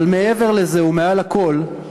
אבל מעבר לזה ומעל הכול,